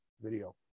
video